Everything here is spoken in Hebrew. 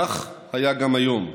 כך היה גם היום.